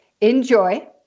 enjoy